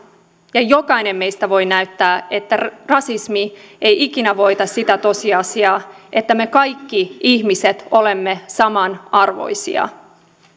ja jokainen meistä voi näyttää että rasismi ei ikinä voita sitä tosiasiaa että me kaikki ihmiset olemme samanarvoisia